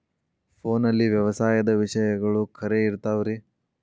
ಫೋನಲ್ಲಿ ವ್ಯವಸಾಯದ ವಿಷಯಗಳು ಖರೇ ಇರತಾವ್ ರೇ?